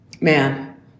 man